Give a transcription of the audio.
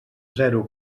zero